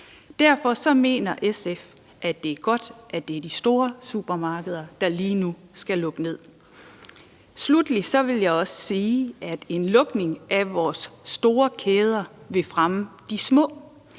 Derfor mener SF, at det er godt, at det er de store supermarkeder, der lige nu skal lukke ned. Sluttelig vil jeg også sige, at en lukning af vores store kæder vil fremme de små.